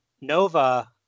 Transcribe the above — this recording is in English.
Nova